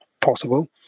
possible